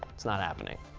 not happening,